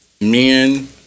men